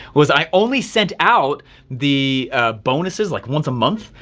was i only sent out the bonuses like once a month.